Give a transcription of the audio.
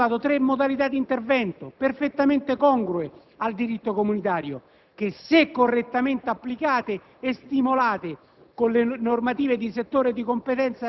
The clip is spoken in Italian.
E la riforma ha individuato tre modalità di intervento perfettamente congrue al diritto comunitario, che, se correttamente applicate e stimolate